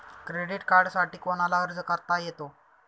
Credit कार्डसाठी कोणाला अर्ज करता येतो?